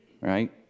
Right